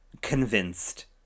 convinced